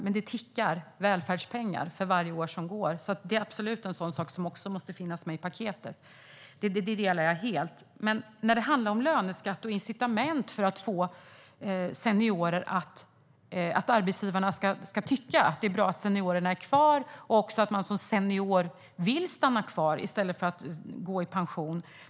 Men det tickar välfärdspengar för varje år som går. Det är absolut en sådan sak som måste finnas med i paketet. Den uppfattningen delar jag helt. Men sedan handlar det om löneskatt och incitament för att arbetsgivarna ska tycka att det är bra att seniorerna är kvar och för att seniorerna ska vilja stanna kvar i stället för att gå i pension.